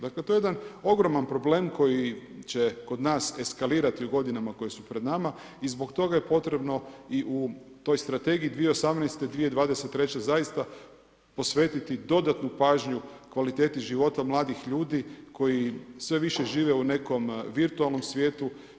Dakle, to je jedan ogroman problem koji će kod nas eskalirati u godinama koje su pred nama i zbog toga je potrebno i u toj strategiji 2018./2023. zaista posvetiti dodatnu pažnju kvaliteti života mladih ljudi koji sve više žive u nekom virtualnom svijetu.